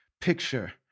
picture